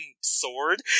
sword